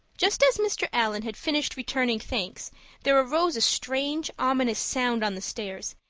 just as mr. allan had finished returning thanks there arose a strange, ominous sound on the stairs,